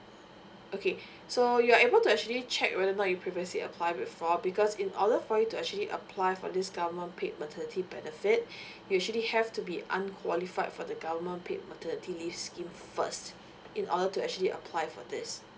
okay so you're able to actually check whether or not you previously apply before because in order for you to actually apply for this government paid maternity benefit usually have to be unqualified for the government paid maternity leave scheme first in order to actually apply for this